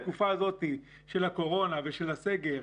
בתקופה הזאת של הקורונה והסגר,